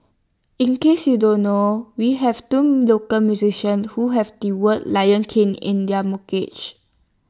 in case you don't know we have two local musicians who have the words lion king in their mortgage